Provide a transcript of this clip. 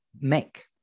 make